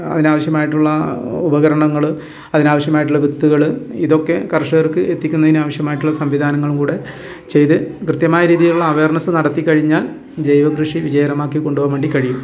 അതിനാവശ്യമായിട്ടുള്ള ഉപകരണങ്ങൾ അതിനാവശ്യമായിട്ടുള്ള വിത്തുകൾ ഇതൊക്കെ കർഷകർക്ക് എത്തിക്കുന്നതിനാവശ്യമായിട്ടുള്ള സംവിധാനങ്ങളും കൂടി ചെയ്ത് കൃത്യമായ രീതിയിലുള്ള അവേർനസ്സ് നടത്തി കഴിഞ്ഞാൽ ജൈവ കൃഷി വിജയകരമാക്കി കൊണ്ടു പോകാൻ വേണ്ടി കഴിയും